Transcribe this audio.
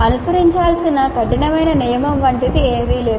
అనుసరించాల్సిన కఠినమైన నియమం వంటిది ఏదీ లేదు